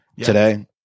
today